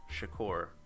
Shakur